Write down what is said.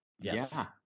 Yes